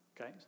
Okay